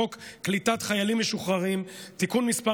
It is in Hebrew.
חוק קליטת חיילים משוחררים (תיקון מס'